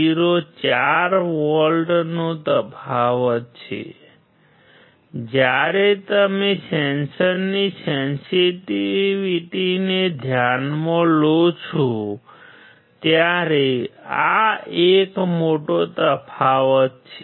04 વોલ્ટનો તફાવત છે જ્યારે તમે સેન્સરની સેન્સિટિવિટીને ધ્યાનમાં લો છો ત્યારે આ એક મોટો તફાવત છે